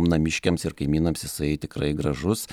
namiškiams ir kaimynams jisai tikrai gražus